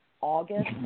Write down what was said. August